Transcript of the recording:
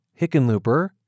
Hickenlooper